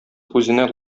үзенә